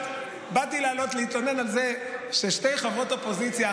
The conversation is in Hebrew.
באתי לעלות להתלונן על זה ששתי חברות אופוזיציה,